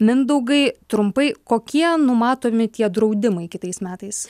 mindaugai trumpai kokie numatomi tie draudimai kitais metais